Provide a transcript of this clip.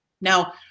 Now